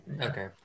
Okay